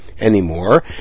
anymore